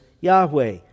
Yahweh